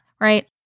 right